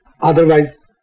otherwise